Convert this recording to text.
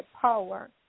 power